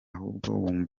hose